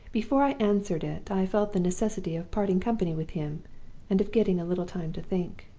before i answered it, i felt the necessity of parting company with him and of getting a little time to think.